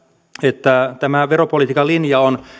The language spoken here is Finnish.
että tämä veropolitiikan linja on